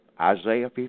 Isaiah